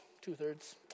two-thirds